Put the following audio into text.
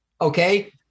Okay